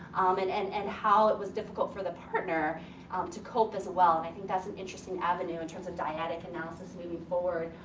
and and and how it was difficult for the partner um to cope as well. and i think that's an interesting avenue in terms of dyadic analysis moving forward.